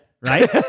Right